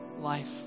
life